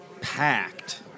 packed